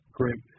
great